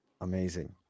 amazing